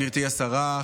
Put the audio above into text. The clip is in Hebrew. גברתי השרה,